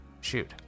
Shoot